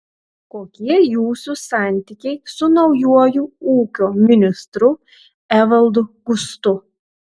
kokie jūsų santykiai su naujuoju ūkio ministru evaldu gustu